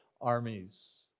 armies